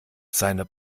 seine